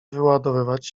wyładowywać